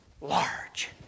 large